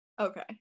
Okay